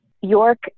York